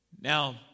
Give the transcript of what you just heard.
Now